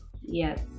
Yes